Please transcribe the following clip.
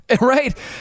right